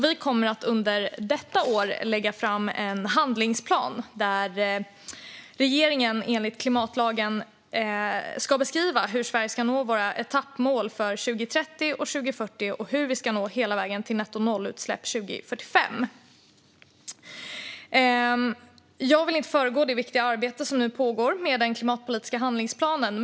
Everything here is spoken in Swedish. Vi kommer under detta år att lägga fram en handlingsplan där regeringen enligt klimatlagen ska beskriva hur Sverige ska nå sina etappmål för 2030 och 2040 och hur vi ska nå hela vägen till nollutsläpp 2045. Jag vill inte föregå det viktiga arbete som nu pågår med den klimatpolitiska handlingsplanen.